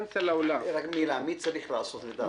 רק מילה, מי צריך לעשות לדעתך?